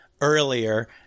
earlier